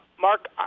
Mark